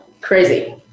Crazy